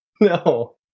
no